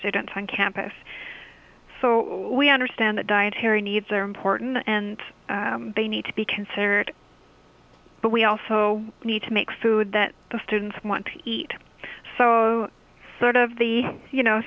students on campus so we understand that dietary needs are important and they need to be considered but we also need to make food that the students want to eat so sort of the you know